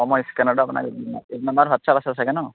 অঁ মই স্কেনাৰটো আপোনাৰ এইটো নম্বৰত হোৱাটছএপ আছে চাগে ন